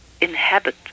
inhabit